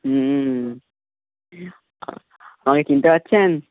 হুম আমাকে চিনতে পারছেন